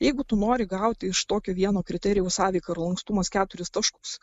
jeigu tu nori gauti iš tokio vieno kriterijaus sąveika ir lankstumas keturis taškus